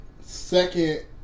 second